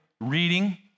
reading